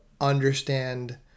understand